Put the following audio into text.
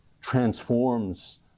transforms